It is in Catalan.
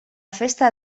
festa